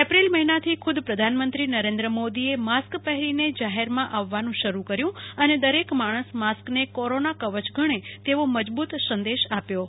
April મહિનાથી ખુદ પ્રધાનમંત્રી નરેન્દ્ર મોદી એ માસ્ક પહેરીને જાહેરમાં આવવાનું શરૂ કર્યું અને દરેક માણસ માસ્ક જે કોરોના કવચ ગણે તેવો મજબૂત સંદેશ આપ્યો છે